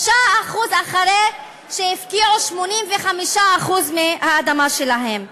3%, אחרי שהפקיעו 85% מהאדמה שלהם.